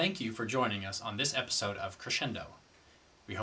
thank you for joining us on this episode of crescendo